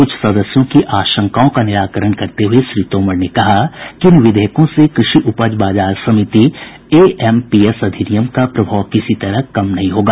कुछ सदस्यों की आशंकाओं का निराकरण करते हुए श्री तोमर ने स्पष्ट किया कि इन विधेयकों से कृषि उपज बाजार समिति एएमपीसी अधिनियम का प्रभाव किसी भी तरह कम नहीं होगा